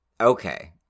Okay